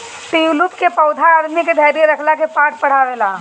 tulip के पौधा आदमी के धैर्य रखला के पाठ पढ़ावेला